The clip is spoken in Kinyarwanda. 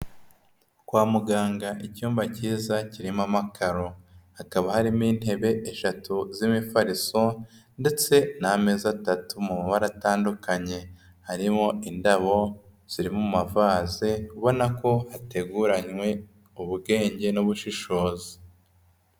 Kwa muganga icyumba kiza kirimo amakaro. Hakaba harimo intebe eshatu z'imifariso ndetse n'amezi atatu mu mabara atandukanye, harimo indabo ziri mu mavaze ubona ko hateguranywe ubwenge n'ubushishozi.